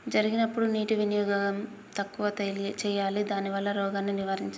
జరిగినప్పుడు నీటి వినియోగం తక్కువ చేయాలి దానివల్ల రోగాన్ని నివారించవచ్చా?